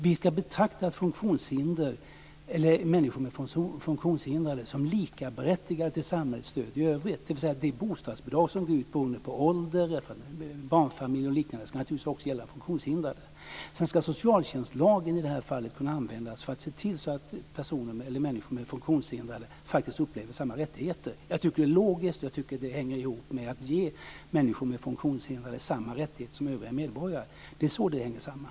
Vi ska betrakta människor med funktionshinder som likaberättigade till samhällets stöd i övrigt, dvs. att det bostadsbidrag som går ut till ungdomar och barnfamiljer och liknande naturligtvis också ska gälla de funktionshindrade. Sedan ska socialtjänstlagen i det här fallet kunna användas för att man ska se till att människor med funktionshinder faktiskt upplever att de har samma rättigheter. Jag tycker att det är logiskt, och det hänger ihop med att man ska ge människor med funktionshinder samma rättigheter som övriga medborgare. Det är så det hänger samman.